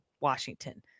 Washington